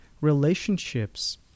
relationships